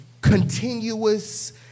continuous